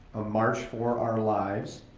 a march for our lives,